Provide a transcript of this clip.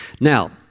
Now